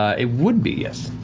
ah it would be, yes.